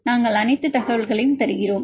எனவே நாங்கள் அனைத்து தகவல்களையும் தருகிறோம்